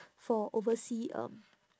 for overseas um